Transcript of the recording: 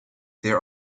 there